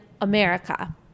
America